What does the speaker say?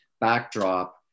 backdrop